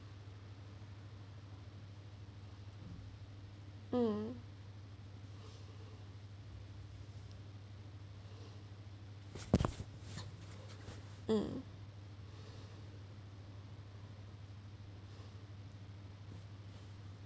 um um